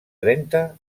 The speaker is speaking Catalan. trenta